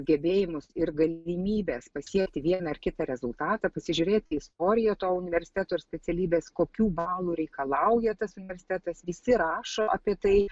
gebėjimus ir galimybės pasiekti vieną ar kitą rezultatą pasižiūrėti į istoriją to universiteto ir specialybės kokių balų reikalauja tas universitetas visi rašo apie tai